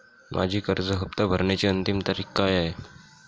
माझी कर्ज हफ्ता भरण्याची अंतिम तारीख काय आहे?